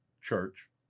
Church